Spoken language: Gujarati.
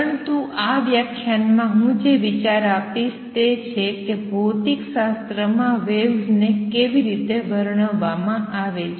પરંતુ આ વ્યાખ્યાનમાં હું જે વિચાર આપીશ તે છે કે ભૌતિકશાસ્ત્રમાં વેવ્સ કેવી રીતે વર્ણવવામાં આવે છે